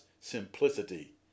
simplicity